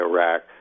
Iraq